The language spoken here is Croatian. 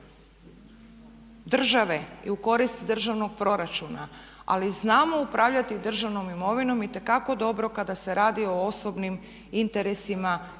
države i u korist državnog proračuna ali znamo upravljati državnom imovinom itekako dobro kada se radi o osobnim interesima i o